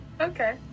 Okay